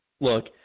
Look